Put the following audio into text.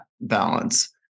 balance